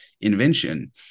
invention